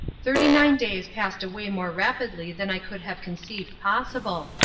thirty-nine days passed away more rapidly than i could have conceived possible,